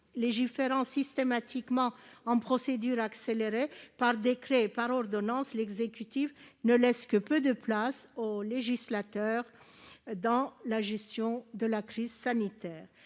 Légiférant systématiquement selon la procédure accélérée, par décrets et par ordonnances, l'exécutif ne laisse que peu de place au législateur dans la gestion de la crise sanitaire.